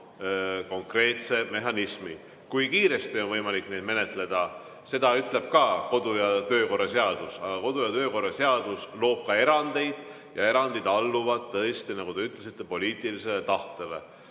konkreetse mehhanismi. Kui kiiresti on võimalik neid menetleda, seda ütleb ka kodu- ja töökorra seadus, aga kodu- ja töökorra seadus loob ka erandeid ja erandid alluvad tõesti, nagu te ütlesite, poliitilisele tahtele.